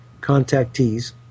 contactees